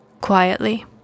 quietly